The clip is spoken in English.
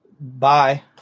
Bye